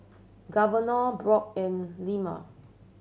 Governor Brook and Llma